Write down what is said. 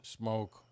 smoke